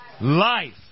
Life